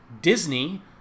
Disney